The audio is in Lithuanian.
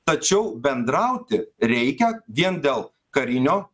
tačiau bendrauti reikia vien dėl karinio